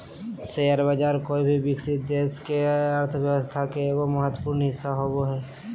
share बाज़ार कोय भी विकसित देश के अर्थ्व्यवस्था के एगो महत्वपूर्ण हिस्सा होबो हइ